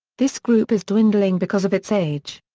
this group is dwindling because of its age.